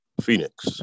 Phoenix